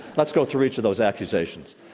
let's go through each of those accusations.